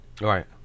Right